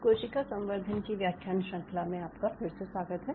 कोशिका संवर्धन की व्याख्यान श्रंखला में आपका फिर से स्वागत है